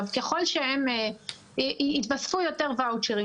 ככל שיתווספו יותר ואוצ'רים,